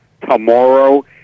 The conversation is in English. tomorrow